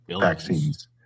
vaccines